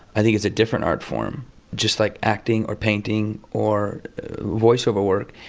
i think it's a different art form just like acting or painting or voiceover work.